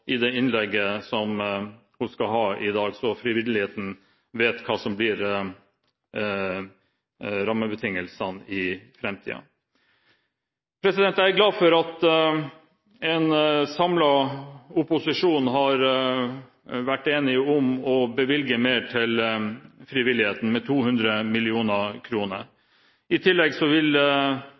i det innlegget hun skal ha i dag, så frivilligheten vet hva som blir rammebetingelsene deres i framtiden. Jeg er glad for at en samlet opposisjon har vært enig om å bevilge mer til frivilligheten – 200 mill. kr. I tillegg vil